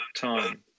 time